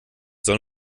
soll